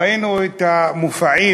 ראינו את המופעים